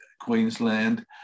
Queensland